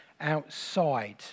outside